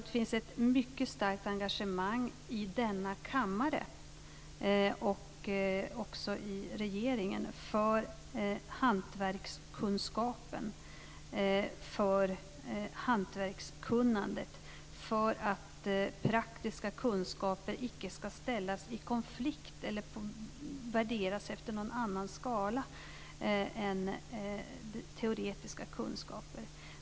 Det finns ett mycket starkt engagemang i denna kammare och i regeringen för hantverkskunskapen, för hantverkskunnandet och för att praktiska kunskaper icke ska ställas i konflikt eller värderas efter någon annan skala än teoretiska kunskaper.